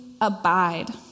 abide